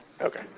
Okay